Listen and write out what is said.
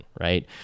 right